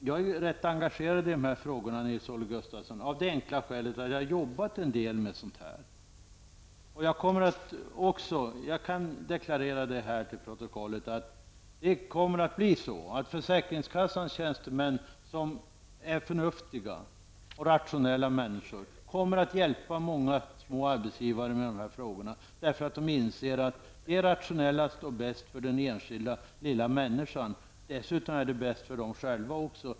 Jag är ganska engagerad i dessa frågor av det enkla skälet att jag har jobbat en del med dessa frågor. Jag kan deklarera till protokollet att försäkringskassans tjänstemän som är förnuftiga och rationella kommer att hjälpa många små arbetsgivare med dessa frågor eftersom de inser att det är mest rationellt och bäst för den enskilda lilla människan. Dessutom är det bäst för dem själva.